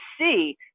see